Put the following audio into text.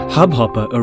Hubhopper